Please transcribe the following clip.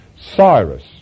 Cyrus